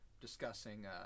discussing